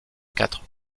quatre